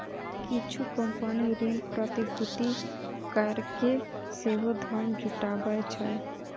किछु कंपनी ऋण प्रतिभूति कैरके सेहो धन जुटाबै छै